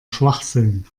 schwachsinn